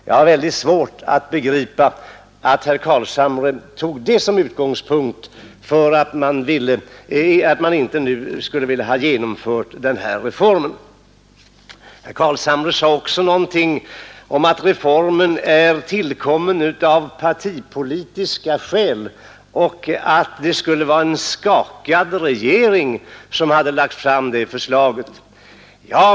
Jag har mycket svårt att begripa att herr Carlshamre tog ett sådant resonemang som motivering för att man inte nu skulle vilja genomföra den här reformen. Herr Carlshamre sade också att reformen är tillkommen av partipolitiska skäl och att det skulle vara en skakad regering som hade lagt fram förslaget.